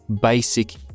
basic